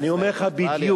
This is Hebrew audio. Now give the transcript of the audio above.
אני אומר לך בדיוק.